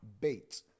Bait